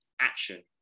action